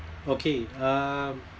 okay uh